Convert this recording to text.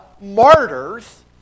martyrs